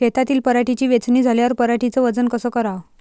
शेतातील पराटीची वेचनी झाल्यावर पराटीचं वजन कस कराव?